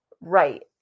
Right